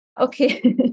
Okay